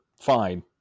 fine